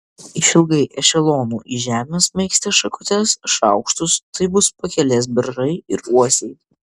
išilgai ešelonų į žemę smaigstė šakutes šaukštus tai bus pakelės beržai ir uosiai